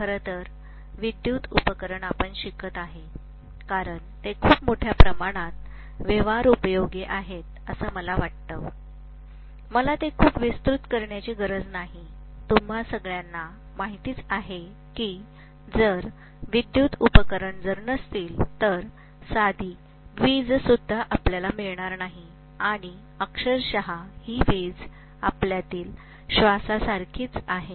खरंतर विद्युत उपकरण आपण शिकत आहे कारण ते खूप मोठ्या प्रमाणात व्यवहारोपयोगी आहेत मला असं वाटतं मला ते खूप विस्तृत करण्याची गरज नाही तुम्हा सगळ्यांना माहीतच आहे की जर विद्युत उपकरण नसतील तर साधी विज सुद्धा आपल्याला मिळणार नाही आणि अक्षरशः ही विज आपल्यातील श्वासा सारखीच आहे